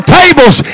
tables